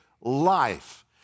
life